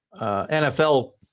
NFL